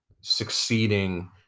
succeeding